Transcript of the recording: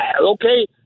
Okay